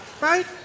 right